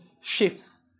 shifts